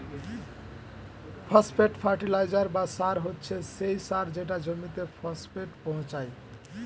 phosphate fertiliser বা সার হচ্ছে সেই সার যেটা জমিতে ফসফেট পৌঁছায়